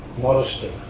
modesty